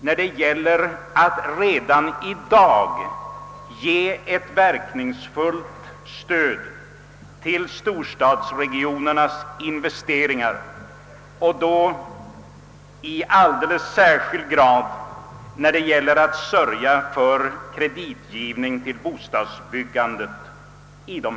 Man måste redan i dag ge ett verkningsfullt stöd till storstadsregionernas investeringar, i alldeles särskilt hög grad när det gäller att sörja för kreditgivningen till bostadsbyggandet.